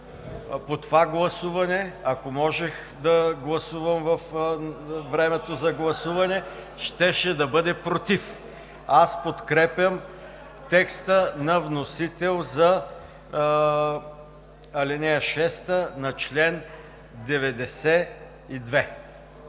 по това гласуване, ако можех да гласувам във времето за гласуване, щеше да бъде „против“. Подкрепям текста на вносителя за ал. 6 на чл. 92.